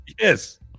yes